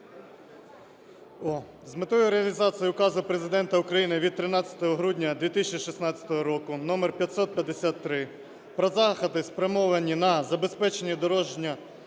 З метою реалізації Указу Президента України від 13 грудня 2016 року номер 553 "Про заходи, спрямовані на забезпечення додержання